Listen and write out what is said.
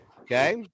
Okay